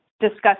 Discuss